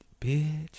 bitch